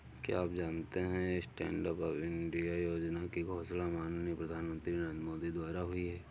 क्या आप जानते है स्टैंडअप इंडिया योजना की घोषणा माननीय प्रधानमंत्री नरेंद्र मोदी द्वारा हुई?